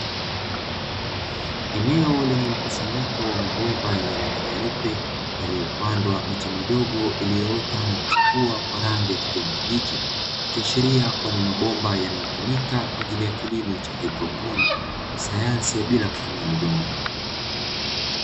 Eneo lenye mkusanyiko wa mabomba yenye rangi nyeupe, yaliyopandwa miche midogo iliyoota na kuchipua kwa rangi ya kijani kibichi, ikiashiria kuwa ni mabomba yanayotumika kwa ajili ya kilimo cha haidroponi, kwa masayansi ya bila kutumia udongo.